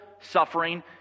suffering